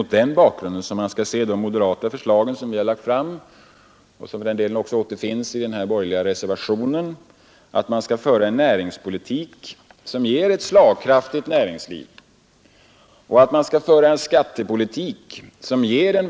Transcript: Ett annat exempel på hur man kan minska uppgifterna för alla dem som är verksamma i den offentliga sektorn är att man driver en skattepolitik som gör att vanliga människor kan klara sin ekonomi bättre.